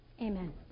Amen